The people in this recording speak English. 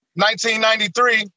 1993